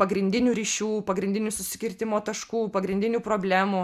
pagrindinių ryšių pagrindinių susikirtimo taškų pagrindinių problemų